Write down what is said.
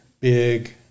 big